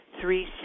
Three